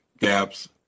gaps